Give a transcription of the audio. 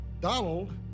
Donald